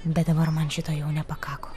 bet dabar man šito jau nepakako